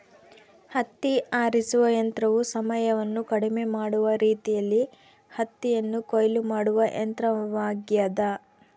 ಹತ್ತಿ ಆರಿಸುವ ಯಂತ್ರವು ಸಮಯವನ್ನು ಕಡಿಮೆ ಮಾಡುವ ರೀತಿಯಲ್ಲಿ ಹತ್ತಿಯನ್ನು ಕೊಯ್ಲು ಮಾಡುವ ಯಂತ್ರವಾಗ್ಯದ